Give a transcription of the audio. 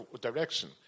direction